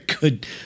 good